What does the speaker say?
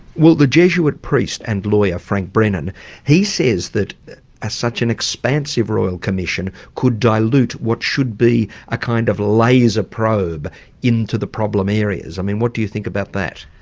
well the jesuit priest and lawyer frank brennan he says that ah such an expansive royal commission could dilute what should be a kind of laser probe into the problem areas. i mean, what do you think about that?